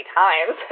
times